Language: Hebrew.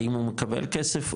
האם הוא מקבל כסף,